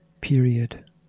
Period